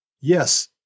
Yes